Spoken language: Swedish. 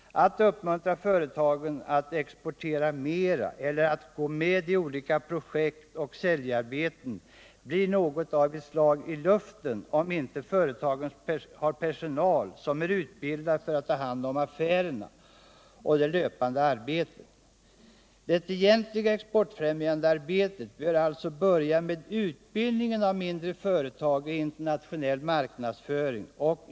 Att uppmuntra företagen att exportera mera eller att gå med i olika projekt och säljarbeten blir något av ett slag i luften om inte företagen har personal som är utbildad för att ta hand om affärerna och det löpande arbetet. Det egentliga exportfrämande arbetet bör alltså börja med utbildningen av mindre företag i internationell marknadsföring.